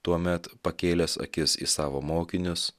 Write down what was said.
tuomet pakėlęs akis į savo mokinius